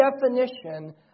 definition